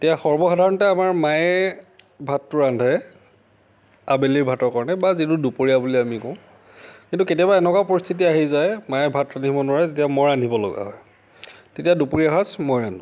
এতিয়া সৰ্বসাধাৰণতে আমাৰ মায়ে ভাতটো ৰান্ধে আবেলি ভাতৰ কাৰণে বা যিটো দুপৰীয়া বুলি আমি কওঁ কিন্তু কেতিয়াবা এনেকুৱা পৰিস্থিতি আহি যায় মায়ে ভাত ৰান্ধিব নোৱাৰে তেতিয়া মই ৰান্ধিব লগা হয় তেতিয়া দুপৰীয়া সাঁজ মই ৰান্ধো